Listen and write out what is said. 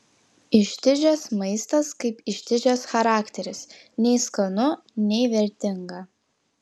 ištižęs maistas kaip ištižęs charakteris nei skanu nei vertinga